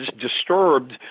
disturbed